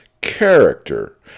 character